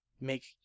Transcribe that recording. make